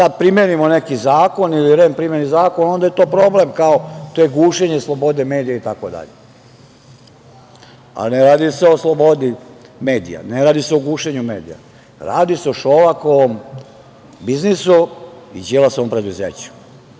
mi primenimo neki zakon ili REM primeni zakon, onda je to problem, kao to je gušenje slobode medija itd. Ne radi se o slobodi medija, ne radi se o gušenju medija, radi se o Šolakovom biznisu i Đilasovom preduzeću. To